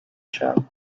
show